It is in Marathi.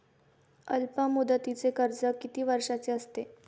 अल्पमुदतीचे कर्ज किती वर्षांचे असते?